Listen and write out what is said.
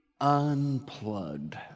unplugged